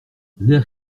l’ère